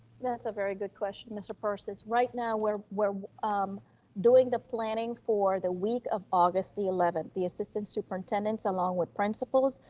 that's a very good question, mr. persis. right now, we're we're um doing the planning for the week of august the eleventh, the assistant superintendents, along with principals,